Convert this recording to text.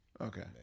Okay